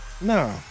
no